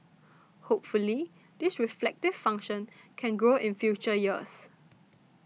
hopefully this reflective function can grow in future years